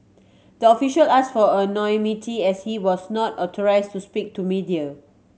the official asked for anonymity as he was not authorised to speak to media